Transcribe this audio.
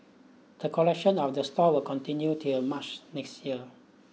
the collection of the store will continue till March next year